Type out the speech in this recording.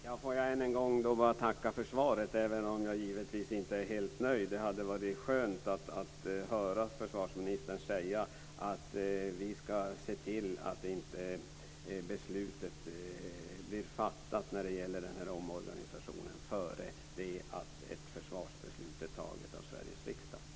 Fru talman! Än en gång får jag tacka för svaret, även om jag givetvis inte är helt nöjd. Det hade varit skönt att höra försvarsministern säga: Vi ska se till att beslut när det gäller omorganisationen inte blir fattat innan ett försvarsbeslut är taget av Sveriges riksdag.